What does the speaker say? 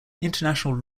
international